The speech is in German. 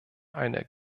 eine